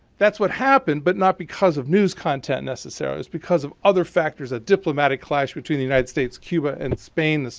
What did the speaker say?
that's what happened, but not because of news content necessarily. it's because of other factors that diplomatic clash between the united states, cuba, and spain,